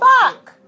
Fuck